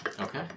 Okay